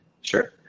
Sure